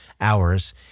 hours